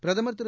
பிரதமர் திரு